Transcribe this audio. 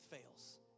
fails